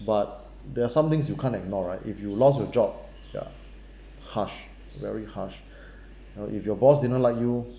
but there are some things you can't ignore right if you lost your job ya harsh very harsh you know if your boss didn't like you